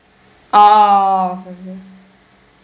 oh okay